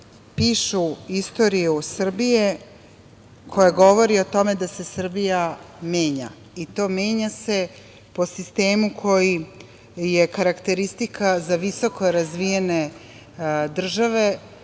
pišu istoriju Srbije koja govori o tome da se Srbija menja, i to menja se po sistemu koji je karakteristika za visokorazvijene države